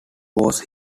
was